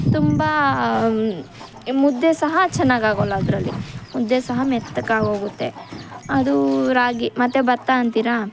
ತುಂಬ ಮುದ್ದೆ ಸಹ ಚೆನ್ನಾಗಿ ಆಗೋಲ್ಲ ಅದರಲ್ಲಿ ಮುದ್ದೆ ಸಹ ಮೆತ್ತಗೆ ಆಗೋಗುತ್ತೆ ಅದೂ ರಾಗಿ ಮತ್ತೆ ಭತ್ತ ಅಂತೀರಾ